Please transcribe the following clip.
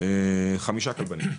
יש רק 5 כלבנים.